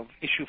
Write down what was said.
issue